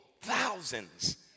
thousands